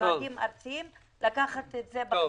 צריך לקחת את זה בחשבון.